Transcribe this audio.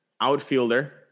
outfielder